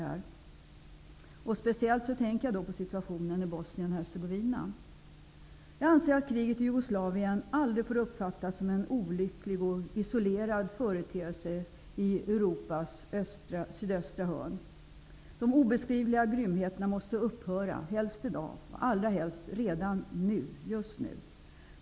Jag tänker speciellt på situationen i Bosnien Kriget i Jugoslavien får aldrig uppfattas som en olycklig och isolerad företeelse i Europas sydöstra hörn. De obeskrivliga grymheterna måste upphöra, helst i dag, allra helst just nu.